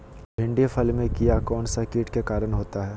भिंडी फल में किया कौन सा किट के कारण होता है?